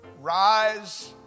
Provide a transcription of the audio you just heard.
Rise